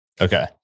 Okay